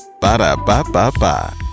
Ba-da-ba-ba-ba